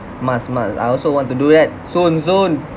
must must I also want to do that soon soon